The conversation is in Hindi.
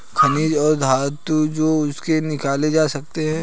खनिज और धातु जो उनसे निकाले जा सकते हैं